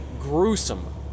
gruesome